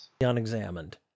Unexamined